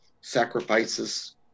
sacrifices